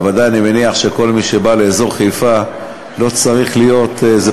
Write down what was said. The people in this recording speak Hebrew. בוודאי אני מניח שכל מי שבא לאזור חיפה לא צריך להיות איזה